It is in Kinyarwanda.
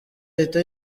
ahita